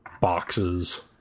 boxes